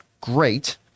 great